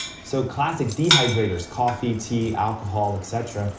so classic dehydrators, coffee, tea, alcohol, et cetera,